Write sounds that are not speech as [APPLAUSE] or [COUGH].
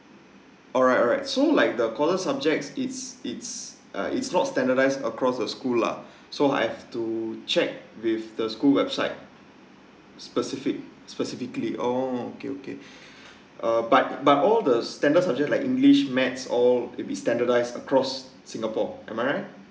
alright alright so like the courses subjects it's it's uh it's not standardise across the school lah so I have to check with the school website specific specifically orh okay okay [BREATH] uh but but all the standards subject like english math all will be standardised across singapore am I right